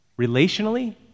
relationally